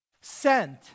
sent